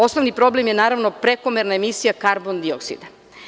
Osnovni problem je prekomerna emisija karbondioksida.